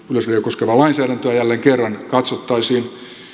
yleisradiota koskevaa lainsäädäntöä jälleen kerran katsottaisiin